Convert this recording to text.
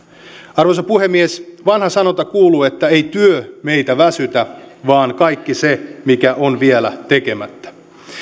arvoisa puhemies vanha sanonta kuuluu että ei työ meitä väsytä vaan kaikki se mikä on vielä tekemättä